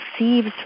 receives